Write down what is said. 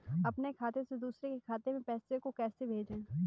अपने खाते से दूसरे के खाते में पैसे को कैसे भेजे?